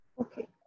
okay